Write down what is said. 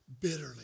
bitterly